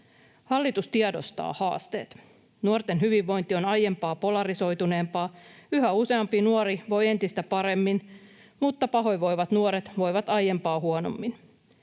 Hallitus tiedostaa haasteet. Nuorten hyvinvointi on aiempaa polarisoituneempaa: yhä useampi nuori voi entistä paremmin, mutta pahoinvoivat nuoret voivat aiempaa huonommin.